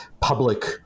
public